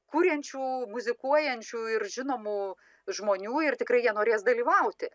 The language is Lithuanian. kuriančių muzikuojančių ir žinomų žmonių ir tikrai jie norės dalyvauti